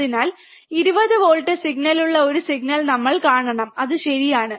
അതിനാൽ 20 volt signal ഉള്ള ഒരു സിഗ്നൽ നമ്മൾ കാണണം അത് ശരിയാണ്